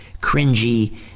cringy